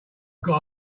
got